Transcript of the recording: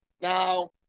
Now